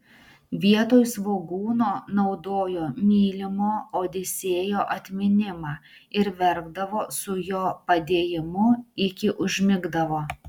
vietoj svogūno naudojo mylimo odisėjo atminimą ir verkdavo su jo padėjimu iki užmigdavo